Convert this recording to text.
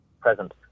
Present